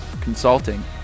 consulting